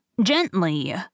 gently